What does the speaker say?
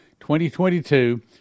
2022